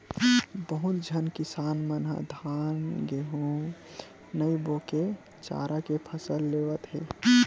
बहुत झन किसान मन ह धान, गहूँ नइ बो के चारा के फसल लेवत हे